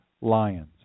lions